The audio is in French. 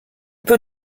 peut